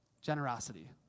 Generosity